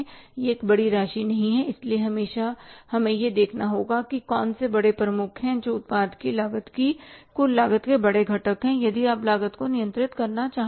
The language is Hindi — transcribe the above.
यह एक बड़ी राशि नहीं है इसलिए हमेशा हमें यह देखना होगा कि कौन से बड़े प्रमुख हैं जो उत्पाद की लागत की कुल लागत के बड़े घटक हैं यदि आप लागत को नियंत्रित करना चाहते हैं